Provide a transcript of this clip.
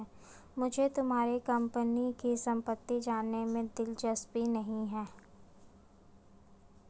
मुझे तुम्हारे कंपनी की सम्पत्ति जानने में दिलचस्पी नहीं है